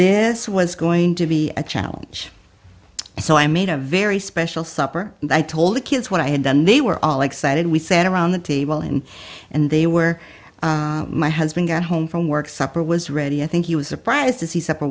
this was going to be a challenge so i made a very special supper and i told the kids what i had done they were all excited we sat around the table and and they were my husband got home from work supper was ready i think he was surprised to see supper